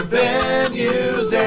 venues